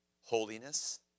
Holiness